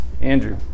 Andrew